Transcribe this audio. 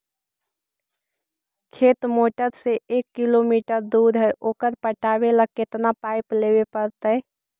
खेत मोटर से एक किलोमीटर दूर है ओकर पटाबे ल केतना पाइप लेबे पड़तै?